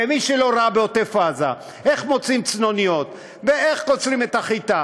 מי שלא ראה בעוטף-עזה איך מוציאים צנוניות ואיך קוצרים את החיטה